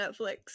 Netflix